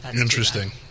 Interesting